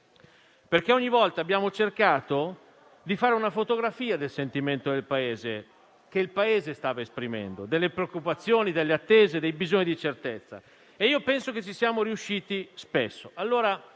volta, infatti, abbiamo cercato di fare una fotografia del sentimento che il Paese stava esprimendo, delle preoccupazioni, delle attese e dei bisogni di certezza e penso che ci siamo riusciti spesso.